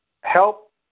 help